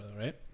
right